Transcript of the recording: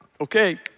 Okay